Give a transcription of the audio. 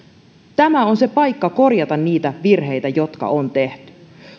tämä on se paikka korjata niitä virheitä jotka on tehty